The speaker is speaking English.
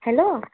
hello